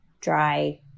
dry